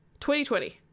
2020